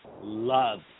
love